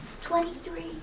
Twenty-three